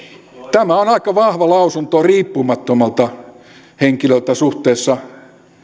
tämä on aika vahva lausunto riippumattomalta henkilöltä suhteessa